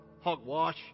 hogwash